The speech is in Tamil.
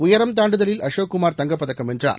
உயரம் தாண்டுதலில் அசோக்குமார் தங்கப் பதக்கம் வென்றார்